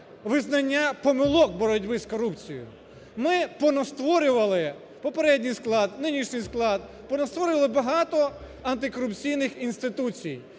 визнання помилок боротьби з корупцією. Ми понастворювали, попередній склад, нинішній склад, понастворювали багато антикорупційних інституцій.